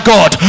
God